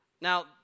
Now